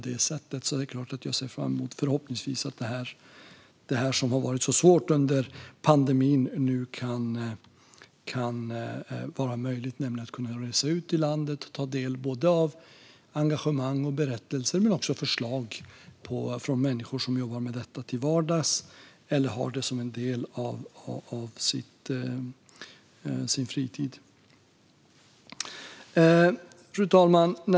Det är klart att jag ser fram emot att detta som har varit så svårt under pandemin nu förhoppningsvis kan vara möjligt: att resa ut i landet och ta del av engagemang, berättelser och förslag från människor som jobbar med detta till vardags eller har det som en del av sin fritid. Fru talman!